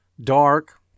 Dark